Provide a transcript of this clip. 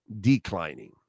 declining